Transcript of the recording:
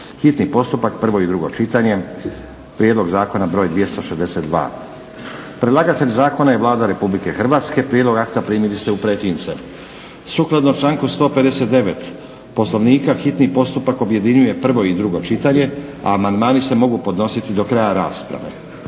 hitni postupak, prvo i drugo čitanje, P.Z. br. 262. Predlagatelj zakona je Vlada Republike Hrvatske. Prijedlog akta primili ste u pretince. Sukladno članku 159. Poslovnika hitni postupak objedinjuje prvo i drugo čitanje, a amandmani se mogu podnositi do kraja rasprave.